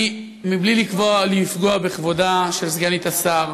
מבלי לפגוע בכבודה של סגנית השר,